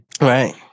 right